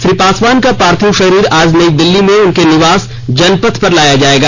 श्री पासवान का पार्थिव शरीर आज नई दिल्ली में उनके निवास जनपथ पर लाया जाएगा